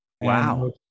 Wow